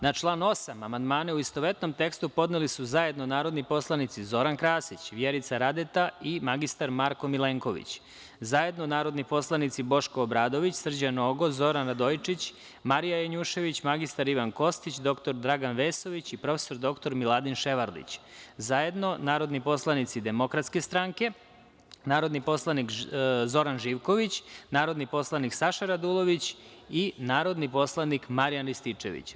Na član 8. amandmane, u istovetnom tekstu, podneli su zajedno narodni poslanici Zoran Krasić, Vjerica Radeta i mr Marko Milenković, zajedno narodni poslanici Boško Obradović, Srđan Nogo, Zoran Radojičić, Marija Janjušević, mr Ivan Kostić, dr Dragan Vesović i prof. dr Miladin Ševarlić, zajedno narodni poslanici DS, narodni poslanik Zoran Živković, narodni poslanik Saša Radulović i narodni poslanik Marijan Rističević.